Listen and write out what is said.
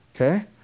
Okay